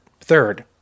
third